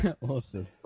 Awesome